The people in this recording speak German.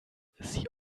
sie